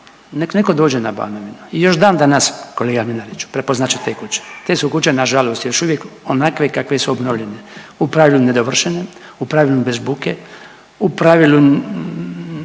neko dođe na Banovinu i još dan danas kolega Mlinariću prepoznat će te kuće, te su kuće nažalost još uvijek onakve kakve su obnovljene, u pravilu nedovršene, u pravilu bez buke, u pravilu